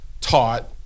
taught